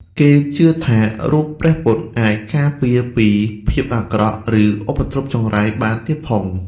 គេជឿថារូបព្រះពុទ្ធអាចការពារពីភាពអាក្រក់ ឬឧបទ្រុពចង្រៃបានទៀតផង។